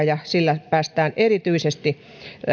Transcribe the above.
ja sillä päästään erityisesti